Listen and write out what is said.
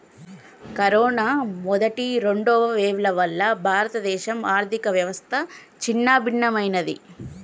corona మొదటి, రెండవ వేవ్ల వల్ల భారతదేశ ఆర్ధికవ్యవస్థ చిన్నాభిన్నమయ్యినాది